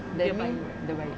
that mean dia baik